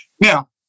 Now